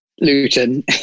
Luton